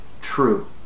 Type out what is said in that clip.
true